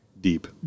deep